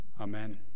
Amen